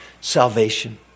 salvation